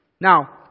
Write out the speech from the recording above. Now